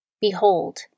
Behold